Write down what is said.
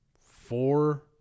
four